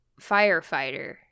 firefighter